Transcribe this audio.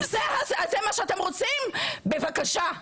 אם זה מה שאתם רוצים, בבקשה.